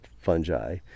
fungi